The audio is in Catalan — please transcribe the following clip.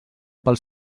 pels